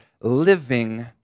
living